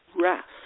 rest